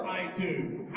iTunes